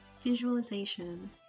visualization